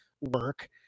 work